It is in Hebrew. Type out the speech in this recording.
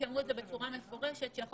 כי אמרו את זה בצורה מפורשת,